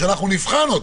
שאנחנו נבחן אותה.